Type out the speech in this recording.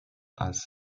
als